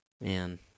Man